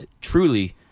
truly